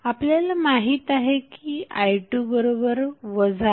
आपल्याला माहित आहे की i2 i3